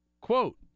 quote